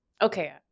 Okay